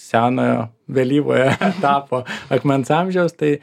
senojo vėlyvojo etapo akmens amžiaus tai